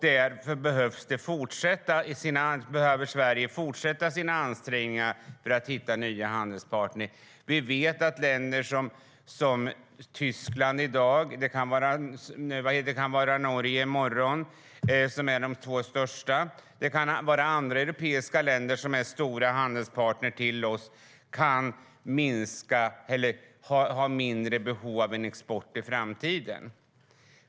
Därför behöver Sverige fortsätta sina ansträngningar för att hitta nya handelspartner. Vi vet att Tyskland och Norge som i dag är våra två största handelspartner och andra europeiska länder som är stora handelspartner till oss kan ha ett mindre behov av export i framtiden.